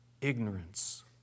Ignorance